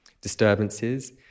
disturbances